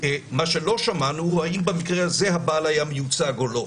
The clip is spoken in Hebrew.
מה שלא שמענו הוא אם במקרה הזה הבעל היה מיוצג או לא.